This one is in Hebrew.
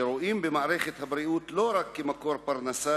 שרואים במערכת הבריאות לא רק מקור פרנסה